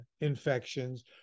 infections